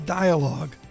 dialogue